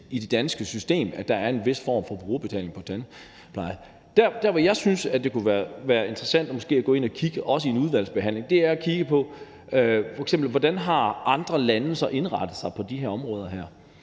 i det danske system, at der er en vis form for brugerbetaling på tandpleje. Der, hvor jeg synes det kunne være interessant at gå ind og kigge på det, måske også i en udvalgsbehandling, er, i forhold til hvordan andre lande så har indrettet sig på de her områder.